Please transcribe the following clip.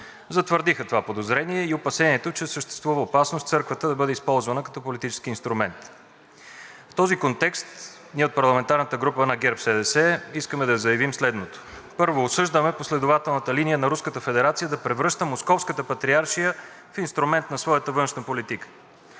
затвърдиха това подозрение и опасението, че съществува опасност църквата да бъде използвана като политически инструмент. В този контекст ние от парламентарната група на ГЕРБ-СДС искаме да заявим следното: Първо, осъждаме последователната линия на Руската федерация да превръща Московската патриаршия в инструмент на своята външна политика.